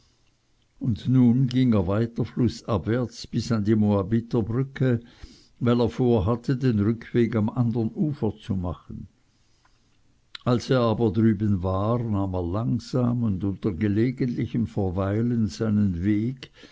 und nun ging er weiter flußabwärts bis an die moabiter brücke weil er vorhatte den rückweg am anderen ufer zu machen als er aber drüben war nahm er langsam und unter gelegentlichem verweilen seinen weg